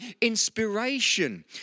inspiration